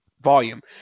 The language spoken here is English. volume